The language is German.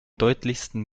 deutlichsten